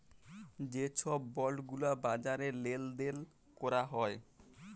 যে ছব বল্ড গুলা বাজারে লেল দেল ক্যরা হ্যয়